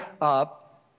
up